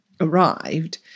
arrived